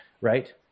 right